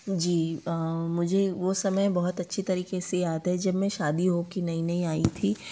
जी मुझे वो समय बहुत अच्छी तरीके से याद है जब मैं शादी होकर नई नई आई थी